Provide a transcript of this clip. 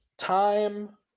time